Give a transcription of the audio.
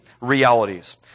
realities